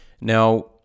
Now